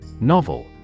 Novel